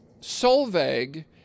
Solveig